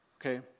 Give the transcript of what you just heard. Okay